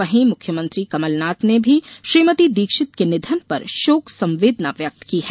वहीं मुख्यमंत्री कमलनाथ ने भी श्रीमती दीक्षित के निधन पर शोक संवेदना व्यक्त की है